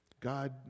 God